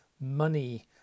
money